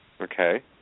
Okay